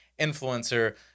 influencer